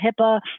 HIPAA